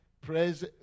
Praise